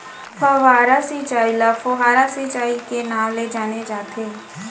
फव्हारा सिंचई ल फोहारा सिंचई के नाँव ले जाने जाथे